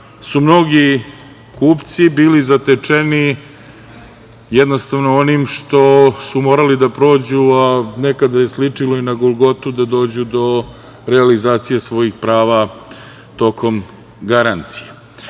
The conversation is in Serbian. su mnogi kupci bili zatečeni jednostavno onim što su morali da prođu, a nekada je ličilo i na golgotu da dođu do realizacije svojih prava tokom garancije. Verovatno